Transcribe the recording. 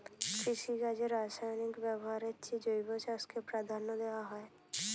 কৃষিকাজে রাসায়নিক ব্যবহারের চেয়ে জৈব চাষকে প্রাধান্য দেওয়া হয়